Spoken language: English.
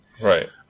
Right